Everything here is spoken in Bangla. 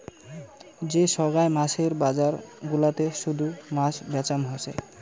যে সোগায় মাছের বজার গুলাতে শুধু মাছ বেচাম হসে